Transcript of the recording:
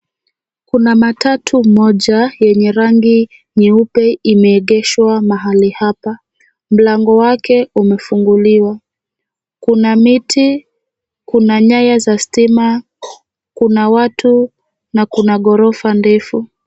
Kuna matatu moja yenye rangi nyeupe imeegeshwa mahali hapa. Mlango wake umefunguliwa, kuna miti, kuna nyaya za stima, kuna watu na kuna ghorofa ndefu.